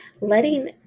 letting